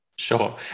Sure